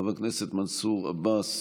חבר הכנסת מנסור עבאס,